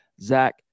Zach